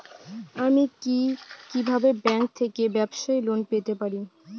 আমি কি কিভাবে ব্যাংক থেকে ব্যবসায়ী লোন পেতে পারি?